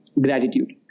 gratitude